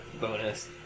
bonus